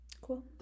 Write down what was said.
Cool